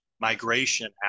migration